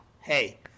hey